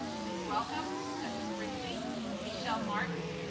please welcome douglas brinkley and michel martin.